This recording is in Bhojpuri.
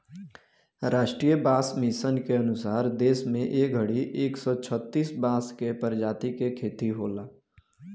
राष्ट्रीय बांस मिशन के अनुसार देश में ए घड़ी एक सौ छतिस बांस के प्रजाति के खेती होला